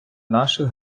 наших